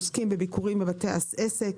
עוסקים בביקורים בבתי העסק,